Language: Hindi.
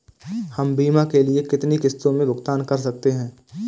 हम बीमा के लिए कितनी किश्तों में भुगतान कर सकते हैं?